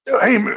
Hey